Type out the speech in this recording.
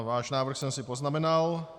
Váš návrh jsem si poznamenal.